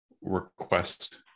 request